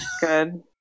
good